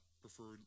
preferred